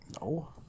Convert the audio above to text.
No